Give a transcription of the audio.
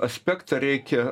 aspektą reikia